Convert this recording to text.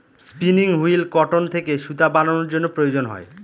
spinning wheel cotton থেকে সুতা বানানোর জন্য প্রয়োজন হয়